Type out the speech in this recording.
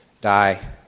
die